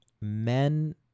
men